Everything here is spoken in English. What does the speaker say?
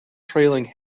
trailing